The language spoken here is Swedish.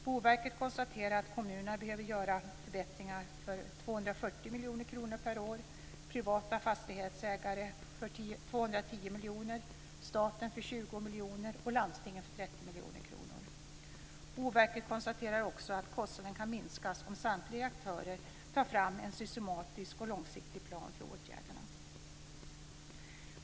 Boverket konstaterar att kommunerna behöver göra förbättringar för 240 miljoner kronor, staten för 20 miljoner kronor och landstingen för 30 miljoner kronor. Boverket konstaterar också att kostnaden kan minskas om samtliga aktörer tar fram en systematisk och långsiktig plan för åtgärderna.